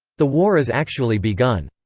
the war is actually begun!